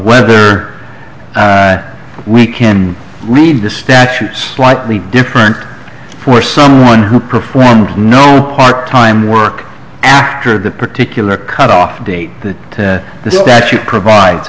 whether we can read the statute slightly different for someone who performed no part time work after that particular cutoff date that the statute provides